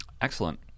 Excellent